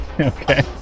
Okay